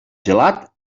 gelat